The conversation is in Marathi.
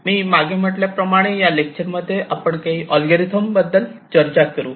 मी मागे म्हटल्याप्रमाणे या लेक्चरमध्ये आपण काही अल्गोरिदम बद्दल चर्चा करू